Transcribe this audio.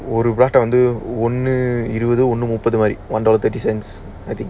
ஒரு err வந்துஒன்னுஇருபதுஒன்னுமுப்பதுமாதிரி:vandhu onnu irupathu onnu muppathu mathiri one dollar twenty cents I think